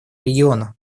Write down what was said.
региона